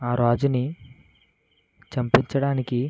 ఆ రాజుని చంపించడానికి